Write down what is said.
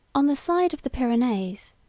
on the side of the pyrenees,